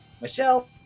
michelle